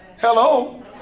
Hello